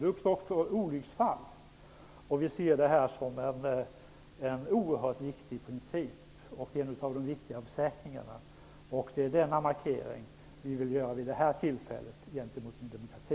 Det förekommer också olycksfall. Vi ser den här principen som oerhört viktig, och denna försäkring är en av de viktigaste. Det är den markering som vi vid detta tillfälle vill göra gentemot Ny demokrati.